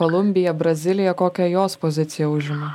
kolumbija brazilija kokią jos poziciją užima